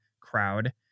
crowd